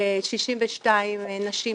62 נשים,